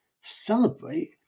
celebrate